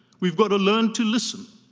we've got to learn to listen,